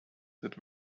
that